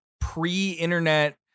pre-internet